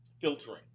filtering